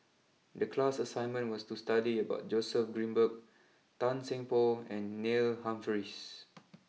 the class assignment was to study about Joseph Grimberg Tan Seng Poh and Neil Humphreys